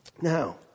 Now